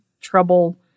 trouble